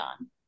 On